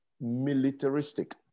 militaristic